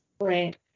Right